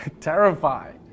Terrified